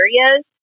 areas